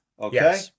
okay